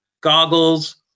goggles